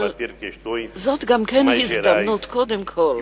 אבל זו גם הזדמנות קודם כול